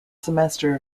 semester